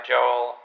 Joel